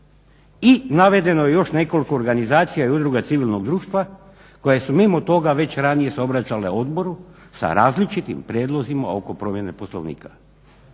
I navedeno je još nekoliko organizacija i udruga civilnog društva koje su mimo toga već ranije se obraćale odboru sa različitim prijedlozima oko promjene Poslovnika.